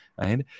right